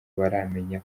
baramenya